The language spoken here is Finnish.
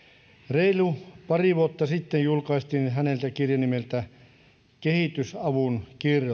reilu pari vuotta sitten julkaistiin häneltä kirja nimeltä kehitysavun